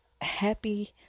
Happy